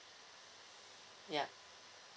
ya